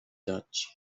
dutch